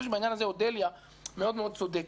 שבעניין הזה אודליה מאוד-מאוד צודקת.